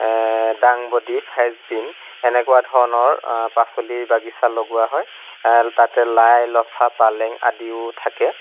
ডাংবডী french bean এনেকুৱা ধৰণৰ পাচলিৰ বাগিছা লগোৱা হয় তাতে লাই লফা পালেঙ আদিও থাকে